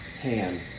hand